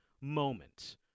moment